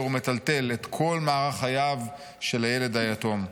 ומטלטל את כל מערך חייו של הילד היתום.